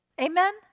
Amen